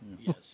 Yes